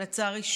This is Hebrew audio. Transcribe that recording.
לצערי,